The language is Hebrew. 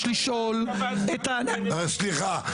אני מבקש לשאול את ה --- סליחה,